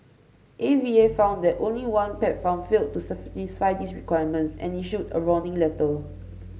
A V A found that only one pet farm failed to satisfy these requirements and issued a warning letter